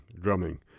drumming